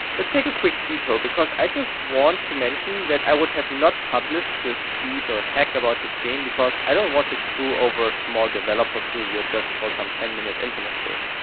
let's take a quick detour, because i just want to mention that i would have not published this cheat or hack about this game because i don't want to screw over a small developer studio just for some ten min internet fame.